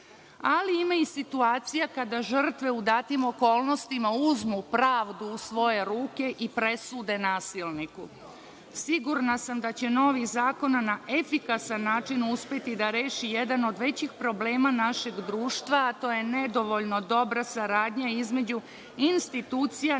ali ima i situacija kada žrtve u datim okolnostima uzmu pravdu u svoje ruke i presude nasilniku. Sigurna sam da će novi zakon na efikasan način uspeti da reši jedan od većih problema našeg društva, a to je nedovoljno dobra saradnja između institucija